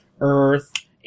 Earth